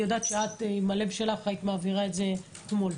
אני יודעת שעם הלב שלך היית מעבירה את זה אתמול.